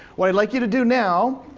what i'd like you to do now